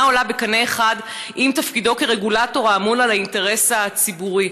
עולה בקנה אחד עם תפקידו כרגולטור האמון על האינטרס הציבורי".